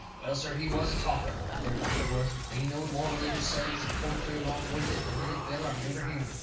well, sir, he was a talker, that there doctor was, and he knowed more religious sayings and poetry along with it, than any feller i ever hearn.